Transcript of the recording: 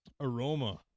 Aroma